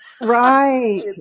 Right